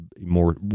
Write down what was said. more